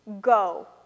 Go